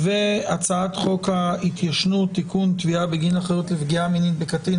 והצעת חוק ההתיישנות (תיקון - תביעה בגין אחריות לפגיעה מינית בקטין),